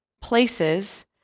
places